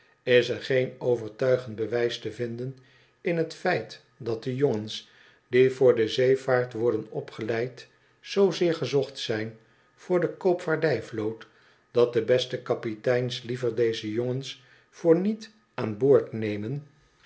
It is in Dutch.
is geen overtuigend bewijs te vinden in het feit dat de jongens die voor de zeevaart worden opgeleid zoozeer gezocht zijn voor de koopvaardijvloot dat de beste kapiteins liever deze jongens voor niet aan boord nemen